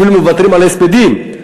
אפילו מוותרים על ההספדים,